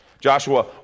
Joshua